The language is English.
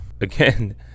Again